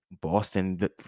Boston